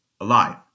alive